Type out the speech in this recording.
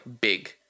big